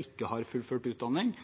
ikke har fullført utdanning